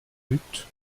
lutte